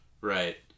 Right